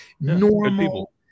normal